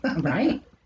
Right